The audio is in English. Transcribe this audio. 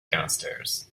downstairs